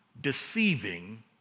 deceiving